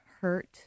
hurt